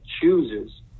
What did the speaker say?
chooses